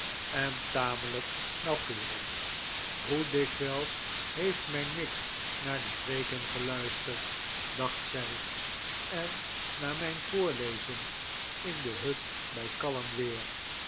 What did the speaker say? en tamelijk nauwkeurig hoe dikwijls heeft mijn mick naar die preeken geluisterd dacht zij en naar mijn voorlezen in de hut bij kalm weer